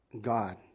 God